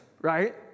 right